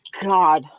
God